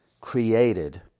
created